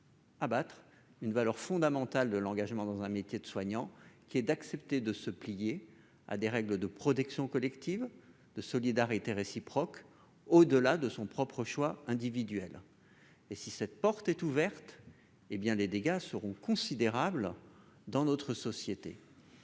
Abattre une valeur fondamentale de l'engagement dans un métier de soignant, qui est d'accepter de se plier à des règles de protection collective de solidarité réciproque au-delà de son propre choix individuels, et si cette porte est ouverte, hé bien les dégâts seront considérables dans notre société.